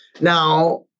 Now